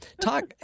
talk